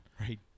Right